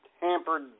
hampered